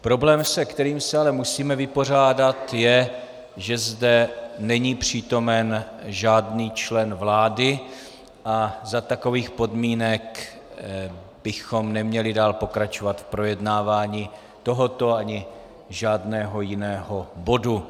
Problém, se kterým se ale musíme vypořádat je, že zde není přítomen žádný člen vlády a za takových podmínek bychom neměli dál pokračovat v projednávání tohoto ani žádného jiného bodu.